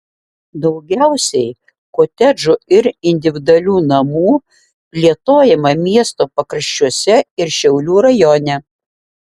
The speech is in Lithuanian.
daugiausiai kotedžų ir individualių namų plėtojama miesto pakraščiuose ir šiaulių rajone